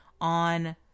on